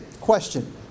Question